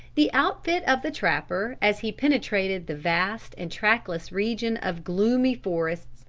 the outfit of the trapper as he penetrated the vast and trackless region of gloomy forests,